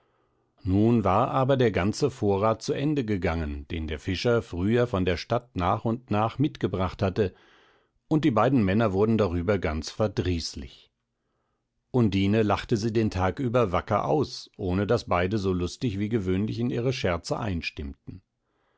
nun war aber der ganze vorrat zu ende gegangen den der fischer früher von der stadt nach und nach mitgebracht hatte und die beiden männer wurden darüber ganz verdrießlich undine lachte sie den tag über wacker aus ohne daß beide so lustig wie gewöhnlich in ihre scherze einstimmten